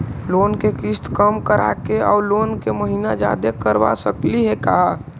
Loan के किस्त कम कराके औ लोन के महिना जादे करबा सकली हे का?